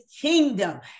kingdom